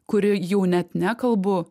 kuri jau net nekalbu